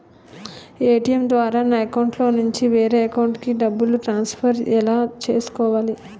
ATM ద్వారా నా అకౌంట్లోనుంచి వేరే అకౌంట్ కి డబ్బులు ట్రాన్సఫర్ ఎలా చేసుకోవాలి?